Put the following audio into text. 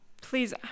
Please